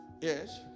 yes